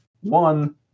One